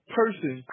person